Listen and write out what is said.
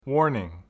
Warning